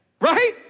Right